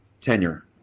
tenure